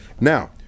Now